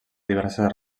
diverses